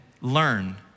learn